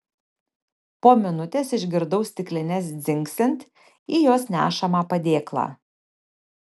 po minutės išgirdau stiklines dzingsint į jos nešamą padėklą